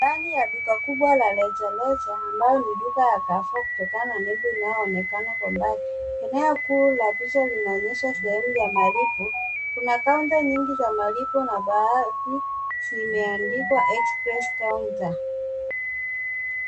Ndani ya duka kubwa la reja reja ambalo ni duka ya (cs) carrefour (cs) kutokana na bango linalo onekana kwa mbali. Eneo kuu la picha linaonyesha sehemu ya malipo. Kuna (cs) counter (cs) nyingi za malipo na baadhi zimeandikwa (cs) express counter (cs).